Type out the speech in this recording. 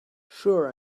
sure